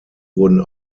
wurden